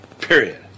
Period